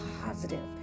positive